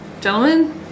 gentlemen